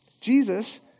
Jesus